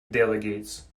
delegates